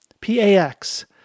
P-A-X